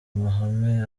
amahame